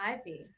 ivy